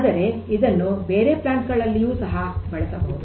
ಆದರೆ ಇದನ್ನು ಬೇರೆ ಪ್ಲಾಂಟ್ ಗಳಲ್ಲಿಯೂ ಸಹ ಬಳಸಬಹುದು